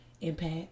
impact